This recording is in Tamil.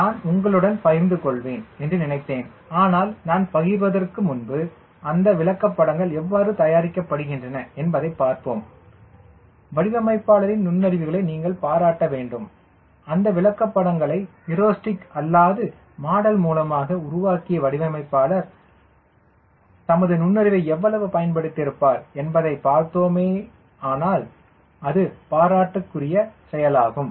நான் உங்களுடன் பகிர்ந்து கொள்வேன் என்று நினைத்தேன் ஆனால் நான் பகிர்வதற்கு முன்பு அந்த விளக்கப்படங்கள் எவ்வாறு தயாரிக்கப்படுகின்றன என்பதை பார்ப்போம் சரி வடிவமைப்பாளரின் நுண்ணறிவுகளை பாராட்ட வேண்டும் அந்த விளக்கப்படங்களை ஹீரோஸ்டிக் அல்லாது மாடல் மூலமாக உருவாக்கிய வடிவமைப்பாளர் தமது நுண்ணறிவை எவ்வளவு பயன்படுத்தி இருப்பார் என்பதை பார்த்தோமானால் அது பாராட்டுக்குரிய செயலாகும்